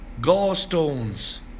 gallstones